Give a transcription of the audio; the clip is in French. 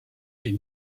est